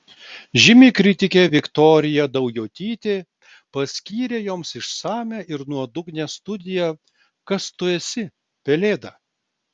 žymi kritikė viktorija daujotytė paskyrė joms išsamią ir nuodugnią studiją kas tu esi pelėda